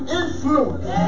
influence